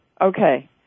Okay